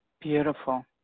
Beautiful